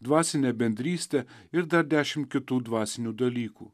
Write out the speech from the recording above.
dvasinę bendrystę ir dar dešimt kitų dvasinių dalykų